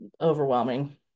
overwhelming